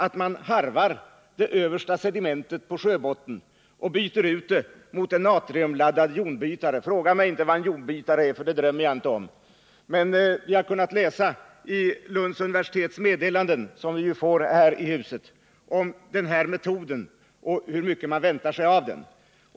att man harvar det översta sedimentet på sjöbottnen och byter ut det mot en natriumladdad jonbytare. Fråga mig inte vad en jonbytare är, för det drömmer jag inte om att kunna säga . Man har emellertid kunnat läsai Nr 49 Lunds universitets meddelanden — som vi ju får här i huset — om den här metoden och hur mycket man väntar sig av den.